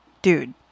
Dude